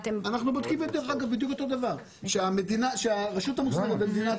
אנחנו בודקים בדיוק אותו דבר - שהרשות המוסמכת במדינת